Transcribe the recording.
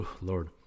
Lord